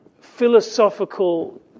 philosophical